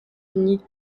unis